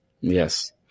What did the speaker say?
Yes